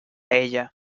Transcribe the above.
ella